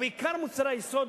ובעיקר מוצרי היסוד.